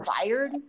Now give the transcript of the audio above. fired